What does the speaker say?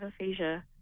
aphasia